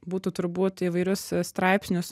būtų turbūt įvairius straipsnius